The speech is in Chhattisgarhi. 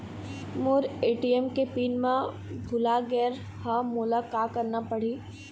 मोर ए.टी.एम के पिन मैं भुला गैर ह, मोला का करना पढ़ही?